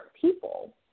people